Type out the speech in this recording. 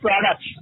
products